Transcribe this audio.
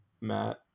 Matt